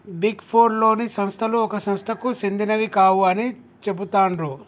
big four లోని సంస్థలు ఒక సంస్థకు సెందినవి కావు అని చెబుతాండ్రు